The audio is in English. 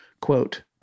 quote